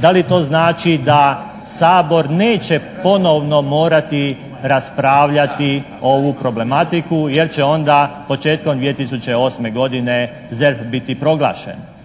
da li to znači da Sabor neće ponovno morati raspravljati ovu problematiku jer će onda početkom 2008. godine ZERP biti proglašen.